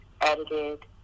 edited